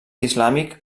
islàmic